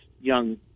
young